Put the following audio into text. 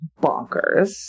bonkers